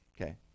okay